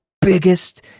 biggest